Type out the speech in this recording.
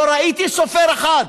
לא ראיתי בדיונים סופר אחד,